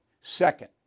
Second